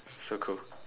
so cold